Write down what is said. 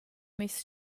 meis